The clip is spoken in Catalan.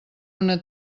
una